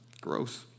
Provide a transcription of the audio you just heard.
Gross